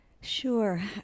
Sure